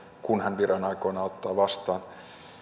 kun hän viran aikanaan ottaa vastaan